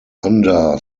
under